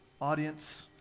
audience